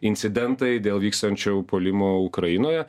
incidentai dėl vykstančio puolimo ukrainoje